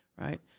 right